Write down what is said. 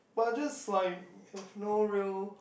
but I just like have no real